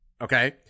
okay